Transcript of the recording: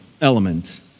element